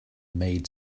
made